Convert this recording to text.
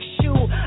shoe